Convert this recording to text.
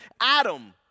Adam